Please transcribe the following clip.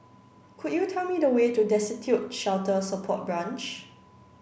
could you tell me the way to Destitute Shelter Support Branch